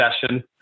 session